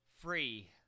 free